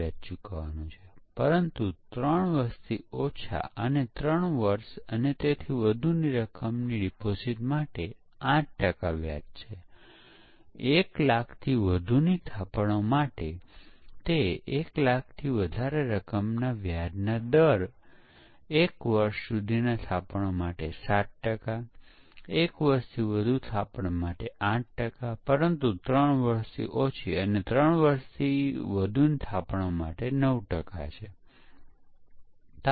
અને તે જ કારણ છે કે પરીક્ષણ ખૂબ જ આકર્ષક માનવામાં આવતું નહોતું કારણ કે ફક્ત રેન્ડમ મૂલ્યોને ઇનપુટ કરવામાં આવતું પરંતુ હવે તે સંપૂર્ણપણે બદલાઈ ગયું છે